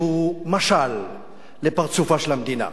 שהוא משל לפרצופה של המדינה?